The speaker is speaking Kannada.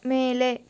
ಮೇಲೆ